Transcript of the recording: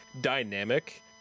dynamic